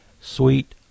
Sweet